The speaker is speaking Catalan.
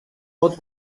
pot